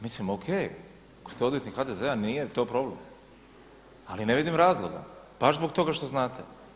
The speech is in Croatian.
Mislim o.k. Ako ste odvjetnik HDZ-a nije to problem, ali ne vidim razloga baš zbog toga što znate.